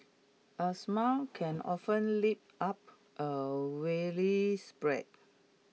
A smile can often lift up A weary spirit